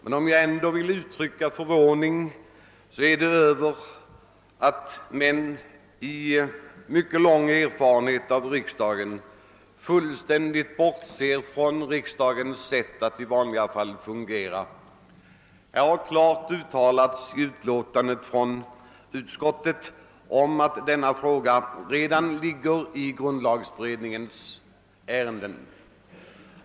Men om jag ändå vill uttrycka förvåning så är det över att män med mycket lång erfarenhet av riksdagsarbete fullständigt bort ser från riksdagens sätt att i vanliga fall fungera. I utlåtandet från utskottet har klart uttalats att denna fråga redan finns med bland grundlagberedningens ärenden.